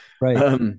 Right